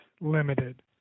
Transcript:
limited